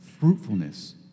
fruitfulness